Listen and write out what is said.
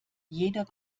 jeder